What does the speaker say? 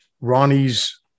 Ronnie's